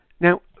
Now